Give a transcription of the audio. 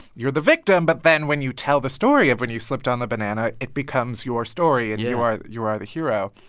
you're the victim, but then when you tell the story of when you slipped on the banana, it becomes your story, and you are you are the hero.